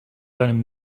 deinem